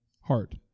heart